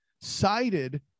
cited